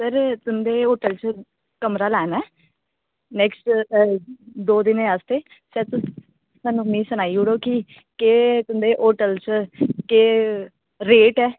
sir तुं'दे hotel च कमरा लैना ऐ ते नेक्सट दो दिन आस्तै सर सानूं मीं सनाई ओड़ो कि केह् तुं'दे होटल च केह् रेट ऐ